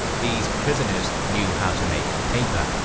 these prisoners knew how to make paper,